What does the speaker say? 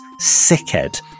sickhead